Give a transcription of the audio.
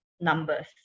numbers